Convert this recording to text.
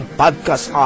podcast